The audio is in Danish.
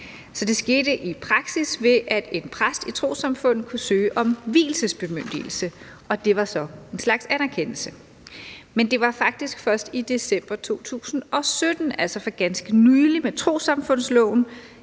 Det skete i praksis, ved at en præst i trossamfundet kunne søge om vielsesbemyndigelse, og det var så en slags anerkendelse. Men det var faktisk først i december 2017 – altså for ganske nylig – at der med trossamfundsloven